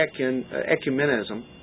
ecumenism